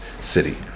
city